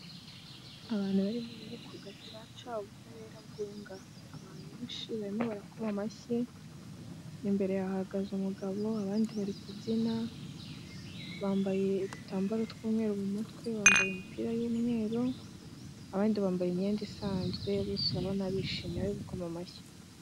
Abantu bari mu nkiko gacaca ubutabera bwunga, abantu benshi barimo barakoma amashyi, imbere hahagaze umugabo abandi bari kubyina, bambaye udutambaro tw'umweru mu mutwe bambaye imipira y'umweru, abandi bambaye imyenda isanzwe bose urabona abari gukoma amashyi.